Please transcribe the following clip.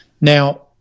Now